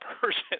person